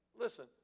Listen